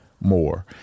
more